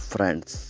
Friends